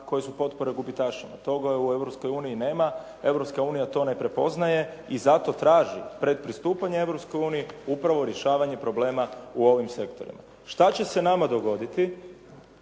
koje su potpore gubitašima. Toga u Europskoj uniji nema, Europska unija to ne prepoznaje i zato traži pred pristupanje Europskoj uniji upravo rješavanje problema u ovim sektorima. Što će se nama dogoditi